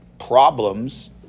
problems